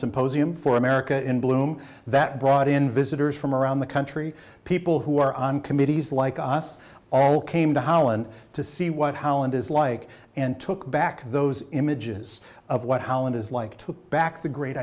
symposium for america in bloom that brought in visitors from around the country people who are on committees like us all came to holland to see what howland is like and took back those images of what holland is like took back the great